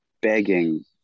begging